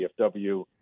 DFW